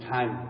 Time